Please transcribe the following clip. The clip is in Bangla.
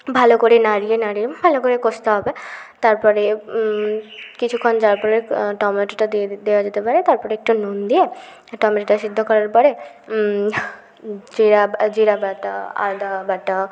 ভালো করে নাড়িয়ে নাড়িয়ে ভালো করে কষতে হবে তারপরে কিছুক্ষণ যাওয়ার পরে টমেটোটা দিয়ে দিতে দেওয়া যেতে পারে তারপরে একটু নুন দিয়ে টমেটোটা সিদ্ধ করার পরে জিরা জিরা বাটা আদা বাটা